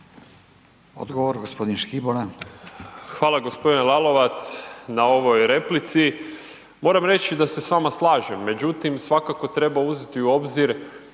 Marin (Nezavisni)** Hvala gospodine Lalovac na ovoj replici. Moram reći da se s vama slažem, međutim svakako treba uzeti u obzir